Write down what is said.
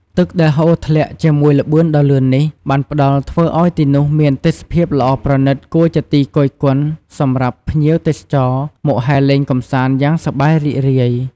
ទឹកដែលហូរធ្លាក់ជាមួយល្បឿនដ៏លឿននេះ បានផ្តល់ធ្វើឲ្យទីនោះមានទេសភាពល្អប្រណិតគួរជាទីគយគន់សម្រាប់ ភ្ញៀវ ទេសចរមកហែលលេងកំសាន្តយ៉ាងសប្បាយរីករាយ។